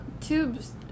tubes